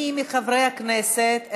מי מחברי הכנסת,